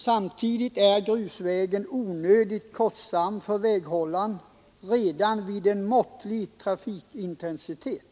Samtidigt är grusvägen onödigt kostsam för väghållaren redan vid måttlig trafikintensitet.